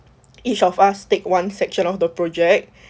each of us take one section of the project